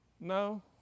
No